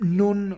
non